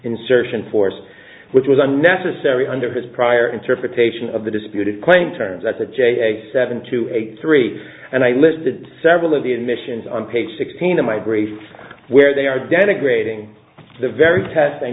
insertion force which was unnecessary under his prior interpretation of the disputed claim turns out that j a seven to eight three and i listed several of the admissions on page sixteen of my grief where they are denigrating the very test